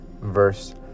verse